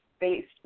based